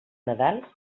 nadal